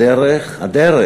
הדרך,